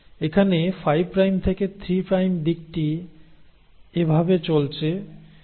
এখানে 5 প্রাইম থেকে 3 প্রাইম দিকটি এভাবে চলেছে